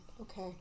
okay